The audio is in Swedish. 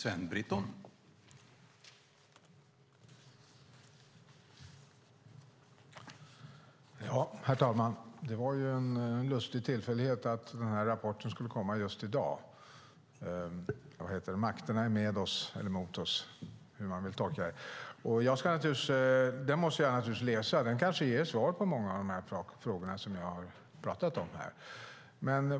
Herr talman! Det var en lustig tillfällighet att rapporten skulle läggas fram just i dag. Makterna är med oss, eller mot oss - eller hur man vill tolka det. Jag måste naturligtvis läsa rapporten. Den kanske ger svar på många av frågorna som jag har ställt här.